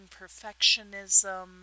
perfectionism